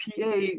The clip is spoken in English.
PA